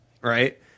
right